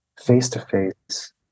face-to-face